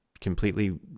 completely